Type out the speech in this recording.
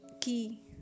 key